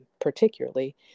particularly